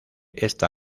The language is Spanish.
esta